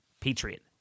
patriot